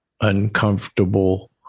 uncomfortable